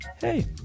hey